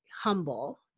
humble